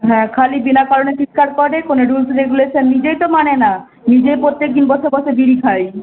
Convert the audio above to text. হ্যাঁ খালি বিনা কারণে চিৎকার করে কোনো রুলস রেগুলেশান নিজেই তো মানে না নিজে প্রত্যেক দিন বসে বসে বিড়ি খায়